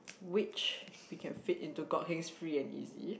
which we can fit into Kok Hengs free and easy